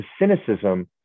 cynicism